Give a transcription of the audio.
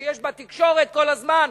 שיש בתקשורת כל הזמן,